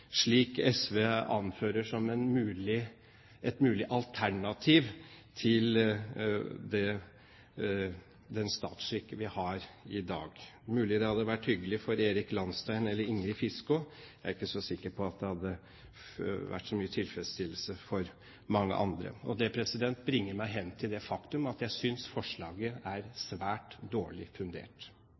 slik SV anfører som et mulig alternativ til den statsskikk vi har i dag. Det er mulig det hadde vært hyggelig for Erik Lahnstein eller Ingrid Fiskaa. Jeg er ikke så sikker på at det hadde vært så tilfredsstillende for mange andre. Det bringer meg hen til det faktum at jeg synes forslaget er svært dårlig fundert.